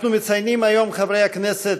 אנחנו מציינים היום, חברי הכנסת,